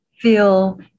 feel